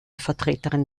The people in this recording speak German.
vertreterin